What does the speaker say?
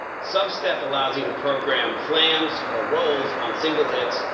sub step allows you to program flams or rolls on single hits,